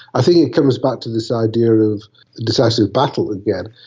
i think it comes back to this idea of the decisive battle again,